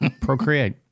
procreate